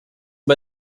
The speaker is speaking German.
bei